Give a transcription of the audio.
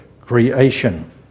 creation